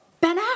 Ben